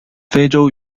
非洲